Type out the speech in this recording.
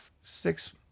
six